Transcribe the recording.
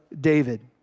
David